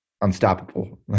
unstoppable